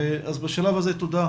בשלב הזה תודה.